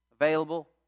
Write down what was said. available